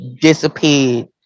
disappeared